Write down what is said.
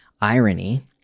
irony